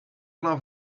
plein